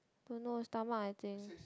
don't know stomach I think